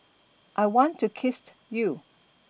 I want to kissed you